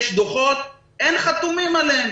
יש דוחות, אין חתומים עליהם.